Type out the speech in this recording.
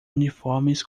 uniformes